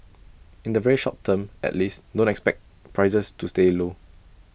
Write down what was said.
in the very short term at least don't expect prices to stay low